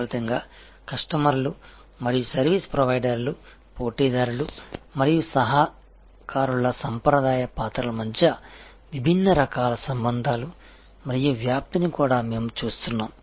ఫలితంగా కస్టమర్లు మరియు సర్వీస్ ప్రొవైడర్ల పోటీదారులు మరియు సహకారుల సాంప్రదాయ పాత్రల మధ్య విభిన్న రకాల సంబంధాలు మరియు వ్యాప్తిని కూడా మేము చూస్తున్నాము